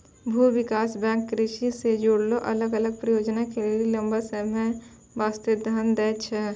भूमि विकास बैंक कृषि से जुड़लो अलग अलग परियोजना के लेली लंबा समय बास्ते धन दै छै